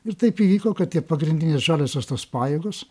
ir taip įvyko kad tie pagrindinis žaliosios tos pajėgos